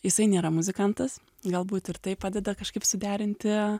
jisai nėra muzikantas galbūt ir tai padeda kažkaip suderinti